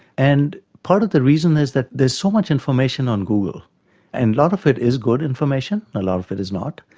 and part of the reason is that there is so much information on google and a lot of it is good information and a lot of it is not.